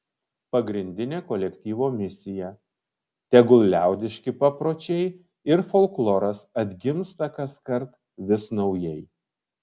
pagrindinė kolektyvo misija tegul liaudiški papročiai ir folkloras atgimsta kaskart vis naujai